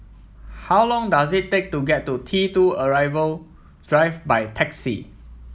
how long does it take to get to T two Arrival Drive by taxi